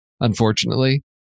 unfortunately